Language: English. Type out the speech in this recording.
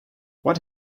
what